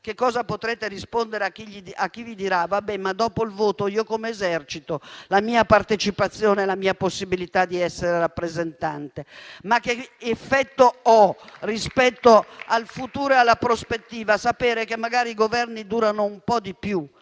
che cosa potrete rispondere a chi vi dirà: dopo il voto, come esercito la mia partecipazione e la mia possibilità di essere rappresentante? Che effetto ho rispetto al futuro e alla prospettiva di sapere che magari i Governi durano un po' di più,